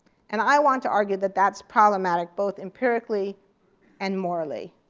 and i want to argue that that's problematic both empirically and morally.